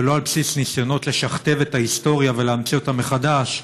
ולא על בסיס ניסיונות לשכתב את ההיסטוריה ולהמציא אותה מחדש,